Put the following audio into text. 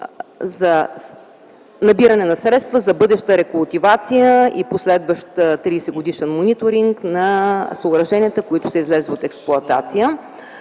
за набиране на средства за бъдеща рекултивация и последващ 30-годишен мониторинг на съоръженията, които са излезли от експлоатация